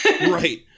Right